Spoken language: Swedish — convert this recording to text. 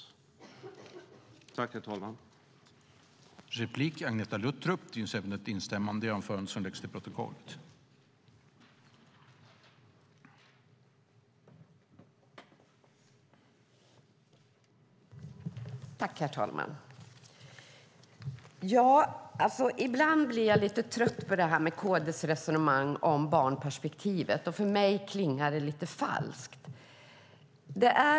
I detta anförande instämde Anders Andersson och Annika Eclund .